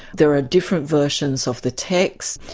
there are different versions of the text,